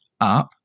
up